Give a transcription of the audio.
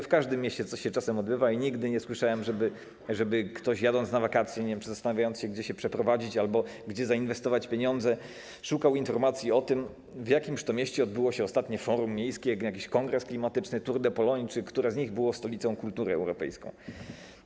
W każdym mieście coś się czasem odbywa i nigdy nie słyszałem, żeby ktoś, jadąc na wakacje, nie wiem, czy zastanawiając się, gdzie się przeprowadzić albo gdzie zainwestować pieniądze, szukał informacji o tym, w jakim mieście odbyło się ostatnie forum miejskie, jakiś kongres klimatyczny, Tour de Pologne czy które z nich było europejską stolicą kultury.